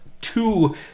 two